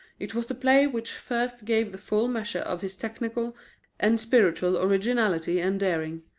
it was the play which first gave the full measure of his technical and spiritual originality and daring.